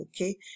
Okay